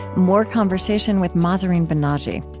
more conversation with mahzarin banaji.